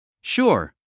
Sure